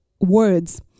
words